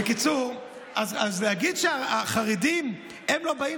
בקיצור, אז להגיד שהחרדים לא באים